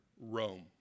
Rome